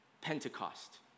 Pentecost